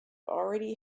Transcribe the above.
already